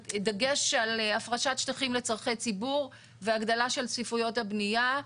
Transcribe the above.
דגש על הפרשת שטחים לצרכי ציבור והגדלה של צפיפויות הבניה.